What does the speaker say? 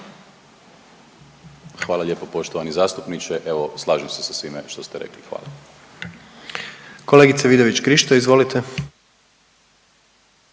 Hvala lijepo poštovani zastupniče. Evo, slažem se sa svime što ste rekli. Hvala. **Jandroković, Gordan